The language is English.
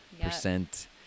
percent